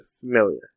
familiar